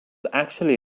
actually